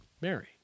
Mary